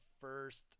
first